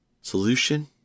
solution